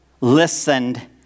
listened